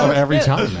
um every time